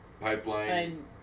Pipeline